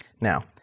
Now